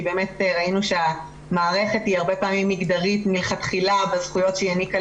כי ראינו שהמערכת היא הרבה פעמים מגדרית מלכתחילה בזכויות שהיא העניקה